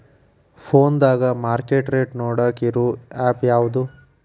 ಫೋನದಾಗ market rate ನೋಡಾಕ್ ಇರು ಆ್ಯಪ್ ಯಾವದು?